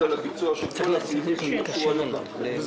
על הביצוע של כל הסעיפים שיאושרו היום.